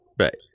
Right